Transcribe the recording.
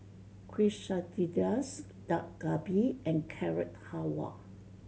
Quesadillas Dak Galbi and Carrot Halwa